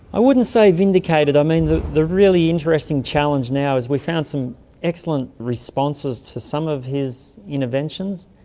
i wouldn't say vindicated. um and the the really interesting challenge now is we found some excellent responses to some of his interventions.